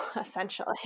essentially